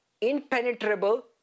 impenetrable